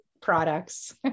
products